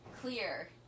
clear